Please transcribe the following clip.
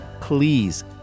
please